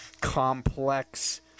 complex